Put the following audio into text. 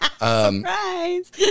Surprise